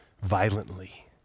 violently